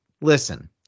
listen